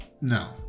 No